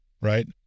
right